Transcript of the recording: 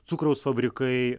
cukraus fabrikai